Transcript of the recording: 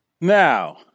Now